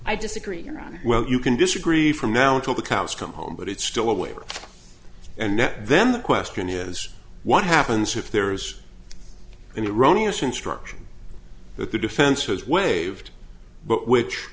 i disagree your honor well you can disagree from now until the cows come home but it's still a waiver and then the question is what happens if there's any iranians instruction that the defense has waived but which